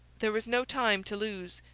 there was no time to lose.